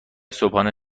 صبحانه